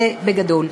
זה בגדול.